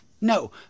No